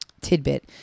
tidbit